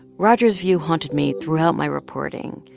roger's view haunted me throughout my reporting.